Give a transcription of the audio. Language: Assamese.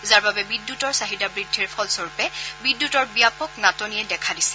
যাৰ বাবে বিদ্যুৎৰ চাহিদা বৃদ্ধিৰ ফলস্বৰূপে বিদ্যুতৰ ব্যাপক নাটনিয়ে দেখা দিছে